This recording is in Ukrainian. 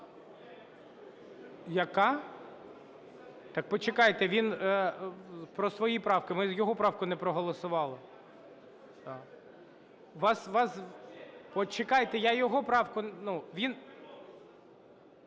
Яка? Так почекайте, він про свої правки, ми його правку не проголосували. (Шум у залі) Почекайте, я його правку, він…